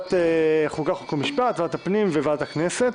ועדת החוקה, חוק ומשפט, ועדת הפנים וועדת הכנסת.